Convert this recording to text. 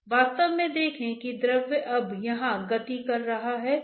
इसलिए शास्त्रीय साहित्य में इसे शरीर बल कहा जाता है